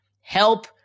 Help